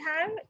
time